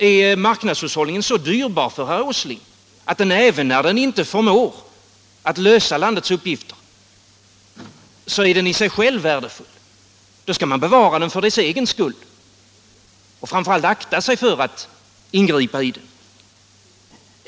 Är marknadshushållningen i sig själv så dyrbar för herr Åsling, även när den inte förmår lösa landets uppgifter, att man skall bevara den för dess egen skull och framför allt akta sig för att ingripa i den?